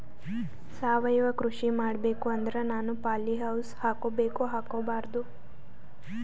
ಸಾವಯವ ಕೃಷಿ ಮಾಡಬೇಕು ಅಂದ್ರ ನಾನು ಪಾಲಿಹೌಸ್ ಹಾಕೋಬೇಕೊ ಹಾಕ್ಕೋಬಾರ್ದು?